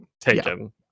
taken